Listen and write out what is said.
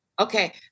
Okay